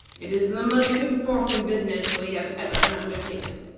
it is the most important business we have ever undertaken.